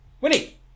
Winnie